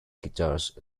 guitars